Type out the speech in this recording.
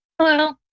Hello